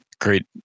great